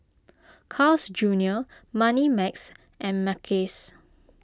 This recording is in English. Carl's Junior Moneymax and Mackays